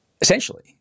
Essentially